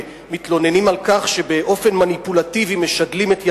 שמתלוננים על כך שבאופן מניפולטיבי משדלים את ילדיהם,